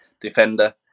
defender